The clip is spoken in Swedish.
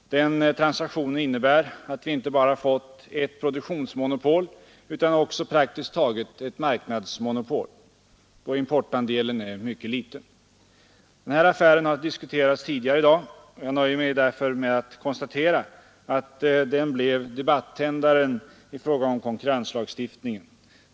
Den transaktionen innebär att vi inte bara fått ett produktionsmonopol utan också praktiskt taget ett marknadsmonopol, då importandelen är mycket liten. Den här affären har diskuterats tidigare i dag. Jag nöjer mig därför med att konstatera att den blev debattändaren i fråga om konkurrenslagstiftningen.